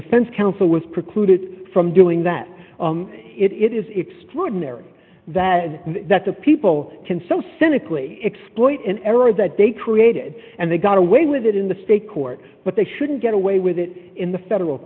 defense counsel was precluded from doing that it is extraordinary that that the people can so cynically exploit an error that they created and they got away with it in the state court but they shouldn't get away with it in the federal